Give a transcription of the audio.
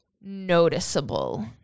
noticeable